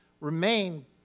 Remain